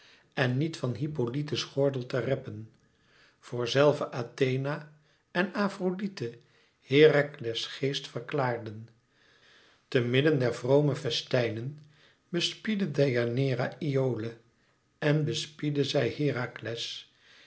en niet van hippolyte's gordel te reppen voor zelve athena en afrodite herakles geest verklaarden te midden der vrome festijnen bespiedde deianeira iole en bespiedde zij herakles